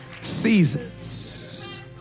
seasons